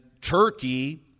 Turkey